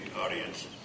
audience